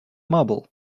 marble